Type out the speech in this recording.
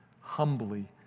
humbly